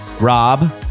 Rob